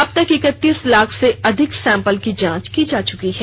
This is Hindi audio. अबतक एकतीस लाख से अधिक सैंपल की जांच की जा चुकी है